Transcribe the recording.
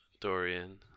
Dorian